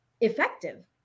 effective